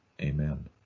Amen